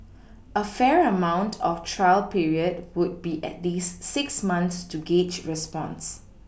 a fair amount of trial period would be at least six months to gauge response